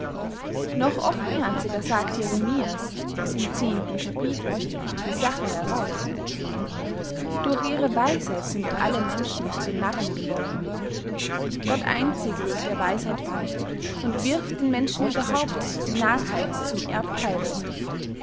noch offenherziger sagt jeremias im zehnten capitel die sache heraus durch ihre weisheit sind alle menschen zu narren geworden gott einzig legt er weisheit bey und wirft den menschen überhaupt die narrheit zum erbtheile hin